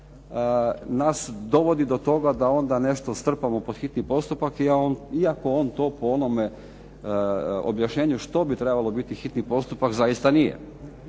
nas dovodi do toga da onda nešto strpamo pod hitni postupak iako on to po onome objašnjenju što bi trebalo biti hitni postupak zaista nije